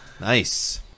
Nice